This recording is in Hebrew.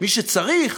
מי שצריך,